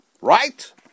right